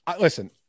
Listen